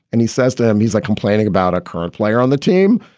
and he says to him, he's like complaining about a current player on the team.